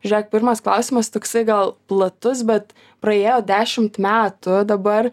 žiūrėk pirmas klausimas toksai gal platus bet praėjo dešimt metų dabar